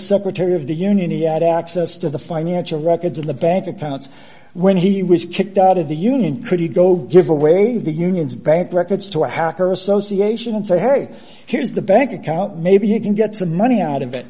secretary of the union he had access to the financial records of the bank accounts when he was kicked out of the union could he go give away the union's bank records to a hacker association and say hey here's the bank account maybe you can get some money out of it